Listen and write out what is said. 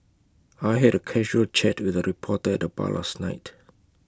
I had A casual chat with A reporter at the bar last night